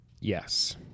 Yes